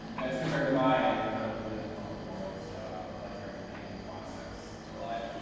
as compared to my incredibly difficult, laborious job of like bringing classics to life.